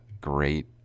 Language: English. great